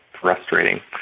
frustrating